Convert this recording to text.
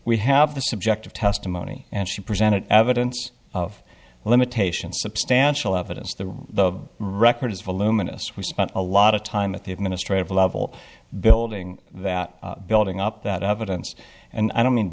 we have the subject of testimony and she presented evidence of limitations substantial evidence that the record is voluminous we spent a lot of time at the administrative level building that building up that evidence and i don't mean